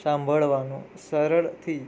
સાંભળવાનું સરળથી